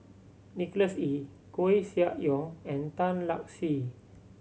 Nicholas Ee Koeh Sia Yong and Tan Lark Sye